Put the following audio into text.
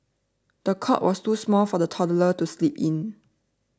the cot was too small for the toddler to sleep in